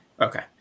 okay